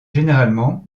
généralement